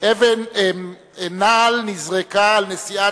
נעל נזרקה על נשיאת